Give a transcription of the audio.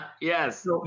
Yes